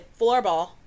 floorball